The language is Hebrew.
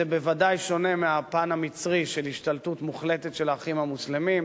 זה בוודאי שונה מהפן המצרי של השתלטות מוחלטת של "האחים המוסלמים".